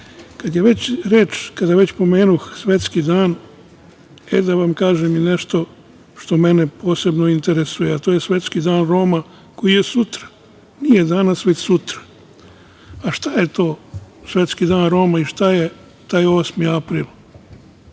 kad već pomenuh svetski dan, da vam kažem nešto što mene posebno interesuje, a to je Svetski dan Roma koji je sutra, nije danas, već sutra. Šta je to Svetski dan Roma i šta je taj 8. april? Nekima